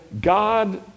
God